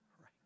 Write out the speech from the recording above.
right